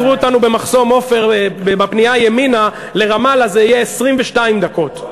אם יעצרו אותנו במחסום עופר בפנייה ימינה לרמאללה זה יהיה 22 דקות.